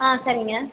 ஆ சரிங்க